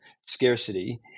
scarcity